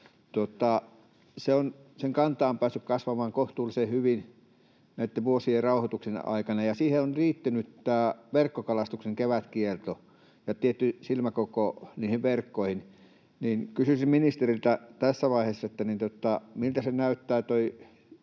sen kanta on päässyt kasvamaan kohtuullisen hyvin näitten vuosien rauhoituksen aikana, ja siihen ovat liittyneet nämä verkkokalastuksen kevätkielto ja tietty silmäkoko niihin verkkoihin. Kysyisin ministeriltä tässä vaiheessa: Miltä näyttävät